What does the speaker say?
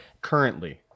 Currently